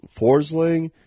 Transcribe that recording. Forsling